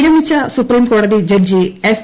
വിരമിച്ച സുപ്രീംകോടതി ജഡ്ജിഎഫ്